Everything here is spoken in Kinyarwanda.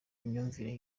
imyumvire